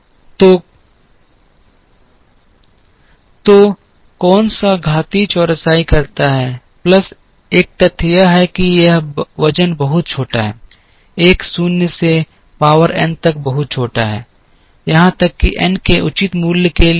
तो कौन सा घातीय चौरसाई करता है प्लस एक तथ्य यह है कि यह वजन बहुत छोटा है 1 शून्य से पावर n तक बहुत छोटा है यहां तक कि n के उचित मूल्य के लिए भी